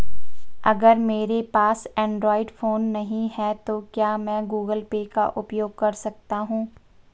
अगर मेरे पास एंड्रॉइड फोन नहीं है तो क्या मैं गूगल पे का उपयोग कर सकता हूं?